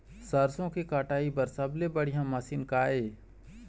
सरसों के कटाई बर सबले बढ़िया मशीन का ये?